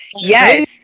Yes